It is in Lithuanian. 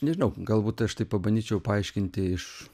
nežinau galbūt aš tai pabandyčiau paaiškinti iš